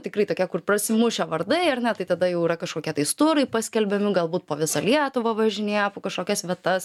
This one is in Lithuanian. tikrai tokie kur prasimušę vardai ar ne tai tada jau yra kažkokie tais turai paskelbiami galbūt po visą lietuvą važinėja po kažkokias vietas